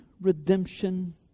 redemption